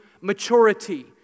maturity